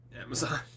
Amazon